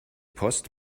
post